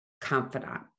confidant